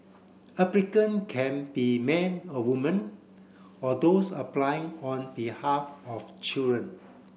applicant can be men or women or those applying on behalf of children